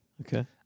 Okay